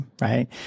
Right